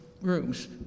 rooms